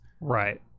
right